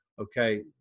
okay